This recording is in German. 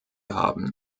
haben